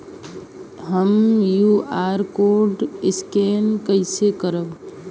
हम QR code scan कइसे करब?